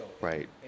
Right